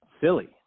silly